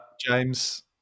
James